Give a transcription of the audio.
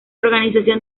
organización